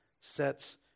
sets